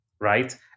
right